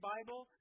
Bible